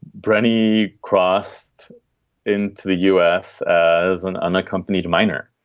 britney crossed into the u s. as an unaccompanied minor.